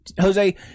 Jose